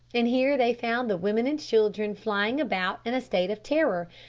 and here they found the women and children flying about in a state of terror,